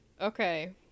Okay